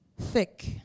thick